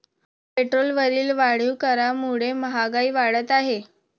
पेट्रोलवरील वाढीव करामुळे महागाई वाढत आहे